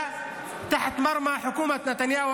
בטיפול בכל ענייני המדינה,